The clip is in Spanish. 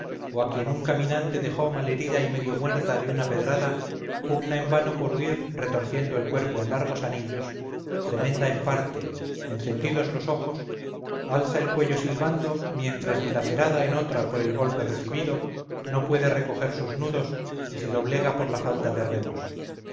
o a quien un caminante dejó mal herida y medio muerta de una pedrada pugna en vano por huir retorciendo el cuerpo en largos anillos tremenda en parte encendidos los ojos alza el cuello silbando mientras dilacerada en otra por el golpe recibido no puede recoger sus nudos y se doblega por la falta de remos